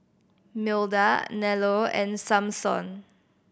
Milda Nello and Samson